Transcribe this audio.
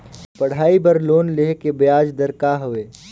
पढ़ाई बर लोन लेहे के ब्याज दर का हवे?